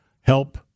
help